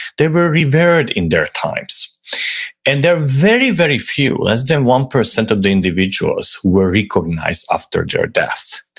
they were revered in their times and they're very, very few, less than one percent of the individuals who were recognized after their death.